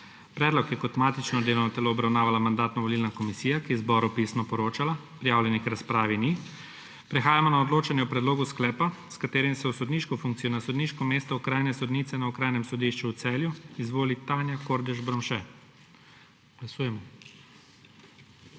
Predlog je kot matično delovno telo obravnavala Mandatno-volilna komisija, ki je zboru pisno poročala. Prijavljenih k razpravi ni. Prehajamo na odločanje o predlogu sklepa, s katerim se v sodniško funkcijo na sodniško mesto okrajne sodnice na Okrajnem sodišču v Celju izvoli Tanja Kordež Bromše. Glasujemo.